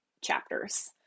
chapters